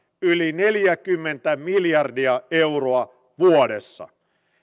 yli neljäkymmentä miljardia euroa vuodessa